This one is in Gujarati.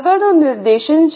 આગળનું નિર્દેશન છે